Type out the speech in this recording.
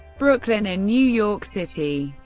brooklyn in new york city.